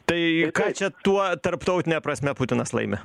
tai ką čia tuo tarptautine prasme putinas laimi